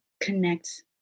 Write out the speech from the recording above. Connect